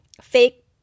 fake